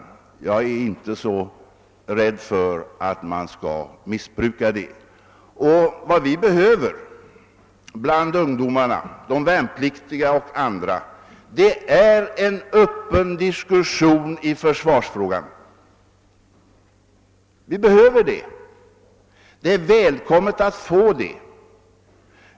Jag är inte rädd för att det skall missbrukas. Vad vi behöver bland ungdomarna, de värnpliktiga och andra, är en öppen diskussion om försvarsfrågan. Det är välkommet.